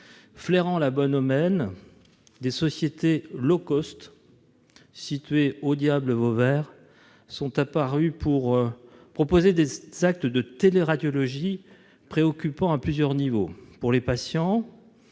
Flairant la bonne aubaine, des sociétés situées au diable vauvert sont apparues pour proposer des actes de téléradiologie, qui sont préoccupants à plusieurs niveaux. Les patients